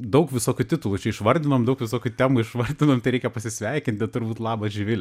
daug visokių titulų čia išvardinom daug visokių temų išvardinom tai reikia pasisveikinti turbūt labas živile